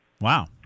Wow